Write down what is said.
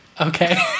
Okay